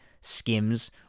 Skims